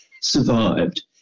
survived